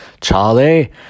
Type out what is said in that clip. Charlie